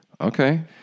Okay